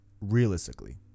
realistically